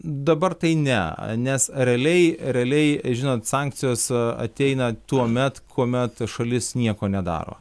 dabar tai ne nes realiai realiai žinant sankcijos ateina tuomet kuomet šalis nieko nedaro